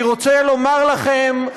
אני רוצה לומר לכם,